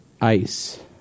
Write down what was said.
ice